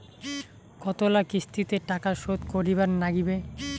কতোলা কিস্তিতে টাকা শোধ করিবার নাগীবে?